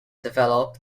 develop